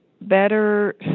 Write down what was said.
better